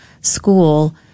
school